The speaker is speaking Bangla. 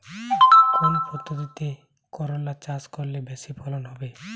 কোন পদ্ধতিতে করলা চাষ করলে বেশি ফলন হবে?